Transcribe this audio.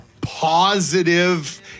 positive